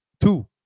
Two